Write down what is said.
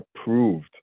approved